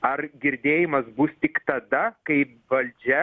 ar girdėjimas bus tik tada kai valdžia